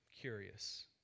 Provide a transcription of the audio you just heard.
curious